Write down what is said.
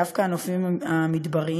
דווקא הנופים המדבריים